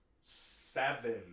seven